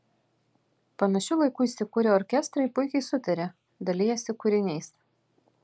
panašiu laiku įsikūrę orkestrai puikiai sutaria dalijasi kūriniais